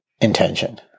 intention